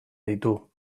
ditu